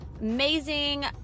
amazing